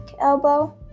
elbow